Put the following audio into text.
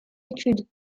études